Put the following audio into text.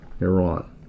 Iran